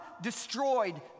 destroyed